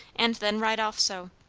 and then ride off so.